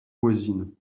voisine